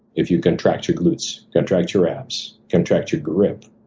if you contract your gluts, contract your abs, contract your grip,